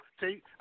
See